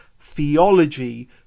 theology